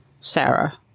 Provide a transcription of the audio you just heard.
sarah